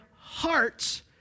hearts